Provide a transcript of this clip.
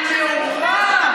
הנאורה,